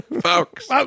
Folks